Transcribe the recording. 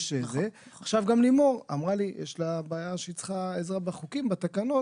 עכשיו גם לימור אמרה שהיא צריכה עזרה בחוקים ובתקנות.